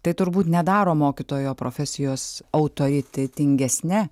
tai turbūt nedaro mokytojo profesijos autoritetingesne